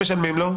כמה משלמים לו?